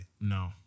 No